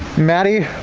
maddie,